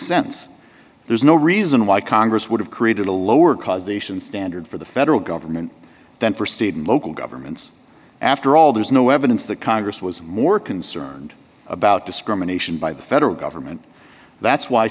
sense there's no reason why congress would have created a lower causation standard for the federal government than for state and local governments after all there's no evidence that congress was more concerned about discrimination by the federal government that's why